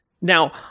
Now